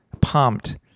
pumped